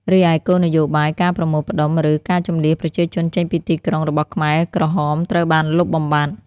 រីឯ គោលនយោបាយ "ការប្រមូលផ្ដុំ" ឬ ការជម្លៀសប្រជាជនចេញពីទីក្រុងរបស់ខ្មែរក្រហមត្រូវបានលុបបំបាត់។